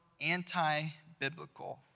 anti-biblical